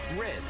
Red